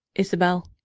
isabel.